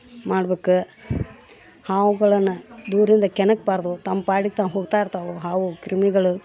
ಮಾಡ್ಬೇಕು ಹಾವುಗಳನ್ನ ದೂರದಿಂದ ಕೆಣಕ್ಬಾರ್ದು ತಂಪಾಡಿಗೆ ತಾವು ಹೋಗ್ತಾಯಿರ್ತಾವು ಹಾವು ಕ್ರಿಮಿಗಳು